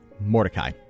Mordecai